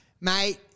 mate